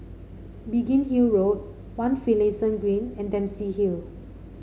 Biggin Hill Road One Finlayson Green and Dempsey Hill